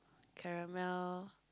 caramel